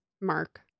Mark